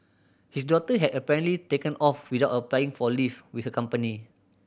his daughter had apparently taken off without applying for leave with her company